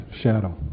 shadow